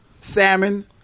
Salmon